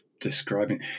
Describing